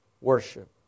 worship